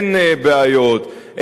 אין בעיות,